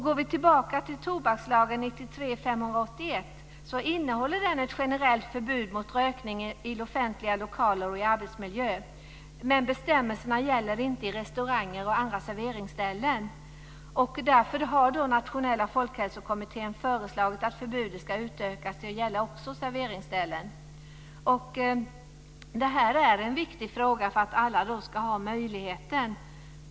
Går vi tillbaka till tobakslagen innehåller den ett generellt förbud mot rökning i offentliga lokaler och arbetsmiljöer. Bestämmelserna gäller dock inte restauranger och på andra serveringsställen. Nationella folkhälsokommittén har därför föreslagit att förbudet ska utökas till att gälla också serveringsställen. Det här är en viktig fråga för att alla ska ha en möjlighet.